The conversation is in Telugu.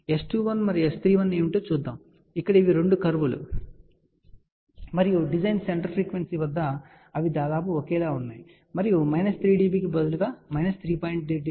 ఇవి ఇక్కడ రెండు కర్వ్ లు అని మీరు చూడవచ్చు మరియు డిజైన్ సెంటర్ ఫ్రీక్వెన్సీ వద్ద అవి దాదాపు ఒకేలా ఉన్నాయని మరియు మైనస్ 3 dB కి బదులుగా ఇవి మైనస్ 3